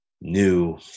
new